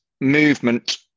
movement